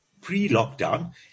pre-lockdown